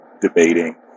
debating